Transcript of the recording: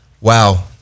Wow